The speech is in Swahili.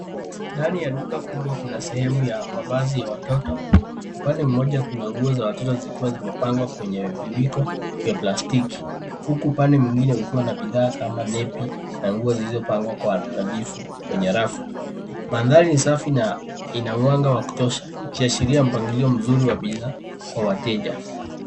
Ndani ya duka kubwa, kuna sehemu ya mavazi ya watoto. Upande mmoja kuna nguo za watoto zikiwa zimepangwa kwenye viwiko vya plastiki huku upande mwingine ukiwa na bidhaa kama nepi na nguo zilizopangwa kwa nadhifu kwenye rafu. Mandhari ni safi na ina mwanga wa kutosha ikiashiria mpangilio mzuri wa bidhaa kwa wateja.